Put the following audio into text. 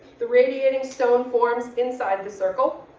the radiating stone forms inside the circle,